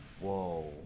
Whoa